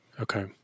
Okay